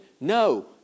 No